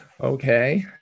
okay